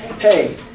Hey